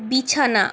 বিছানা